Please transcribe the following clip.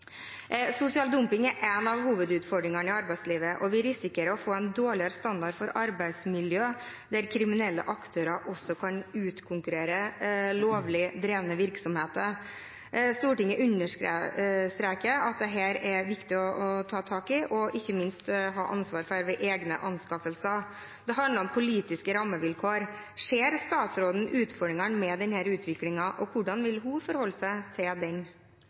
Sosial dumping er en av hovedutfordringene i arbeidslivet. Vi risikerer å få en dårligere standard for arbeidsmiljøet, der kriminelle aktører også kan utkonkurrere lovlig drevne virksomheter. Stortinget understreker at det er viktig å ta tak i dette, og ikke minst å ha ansvar ved egne anskaffelser. Det handler om politiske rammevilkår. Ser statsråden utfordringene med denne utviklingen, og hvordan vil hun forholde seg til den?